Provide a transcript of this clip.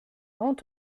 rend